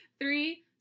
Three